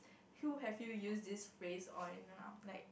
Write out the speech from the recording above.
who have you used this phrase on then I'm like